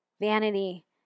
Vanity